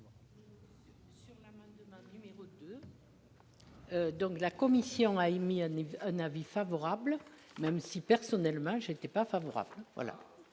Donc la commission a émis un avis favorable, même si personnellement j'étais pas favorable,